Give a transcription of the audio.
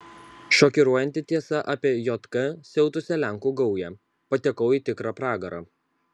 šokiruojanti tiesa apie jk siautusią lenkų gaują patekau į tikrą pragarą